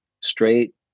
straight